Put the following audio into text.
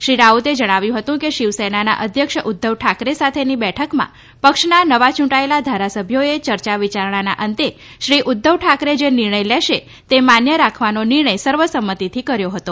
શ્રી રાઉતે જણાવ્યું હતું કે શિવસેનાના અધ્યક્ષ ઉધ્ધવ ઠાકરે સાથેની બેઠકમાં પક્ષના નવા ચૂંટાયેલા ધારાસભ્યોએ ચર્ચા વિચારણાના અંતે શ્રી ઉધ્ધવ ઠાકરે જે નિર્ણય લેશે તે માન્ય રાખવાનો નિર્ણય સર્વસંમતીથી કર્યો હતો